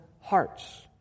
hearts